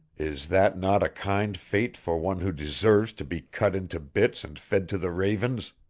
is that not a kind fate for one who deserves to be cut into bits and fed to the ravens?